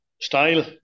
style